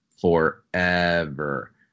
forever